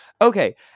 Okay